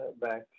back